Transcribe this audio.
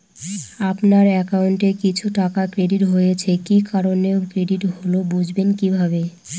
আপনার অ্যাকাউন্ট এ কিছু টাকা ক্রেডিট হয়েছে কি কারণে ক্রেডিট হল বুঝবেন কিভাবে?